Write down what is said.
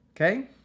Okay